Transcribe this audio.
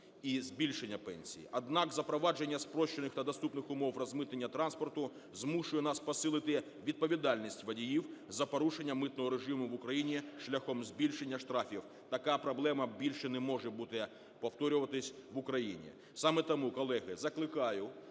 і збільшення пенсій. Однак запровадження спрощених та доступних умов розмитнення транспорту змушує нас посилити відповідальність водіїв за порушення митного режиму в Україні шляхом збільшення штрафів, така проблема більше не може бути, повторюватися в Україні. Саме тому, колеги, закликаю